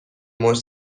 موج